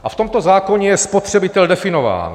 A v tomto zákoně je spotřebitel definován.